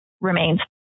remains